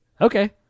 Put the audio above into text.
okay